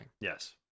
Yes